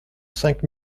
cinq